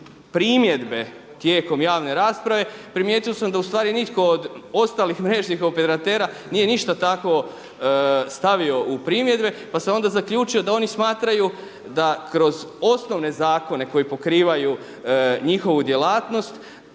primjedbe tijekom javne rasprave primijetio sam da ustvari nitko od ostalih mrežnih operatera nije ništa takvo stavio u primjedbe pa sam onda zaključio da oni smatraju da kroz osnovne zakone koji pokrivanju njihovu djelatnost,